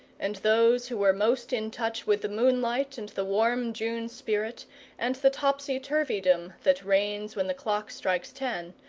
and those who were most in touch with the moonlight and the warm june spirit and the topsy-turvydom that reigns when the clock strikes ten,